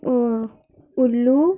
और उल्लू